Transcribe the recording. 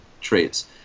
traits